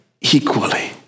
equally